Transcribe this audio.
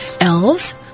Elves